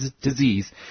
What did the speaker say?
disease